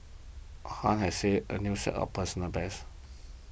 Han has set a new personal best